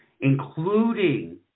including